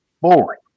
boring